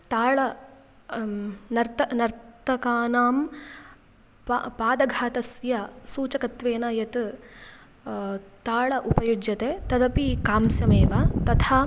तालं नर्त नर्तकानां पा पदघातस्य सूचकत्वेन यत् तालम् उपयुज्यते तदपि कांसमेव तथा